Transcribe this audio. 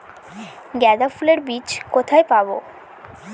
গাঁদা ফুলের বীজ কোথায় পাবো?